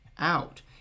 Out